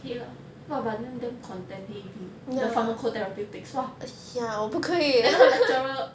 okay lah !wah! but then damn content heavy the pharmacotherapy picks !wah! then 然后 lecturer